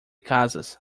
casas